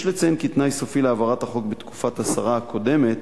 יש לציין כי תנאי סופי להעברת החוק בתקופת השרה הקודמת,